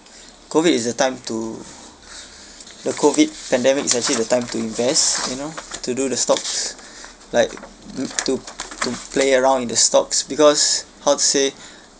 COVID is a time to the COVID pandemic is actually the time to invest you know to do the stocks like to to play around in the stocks because how to say